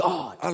God